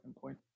point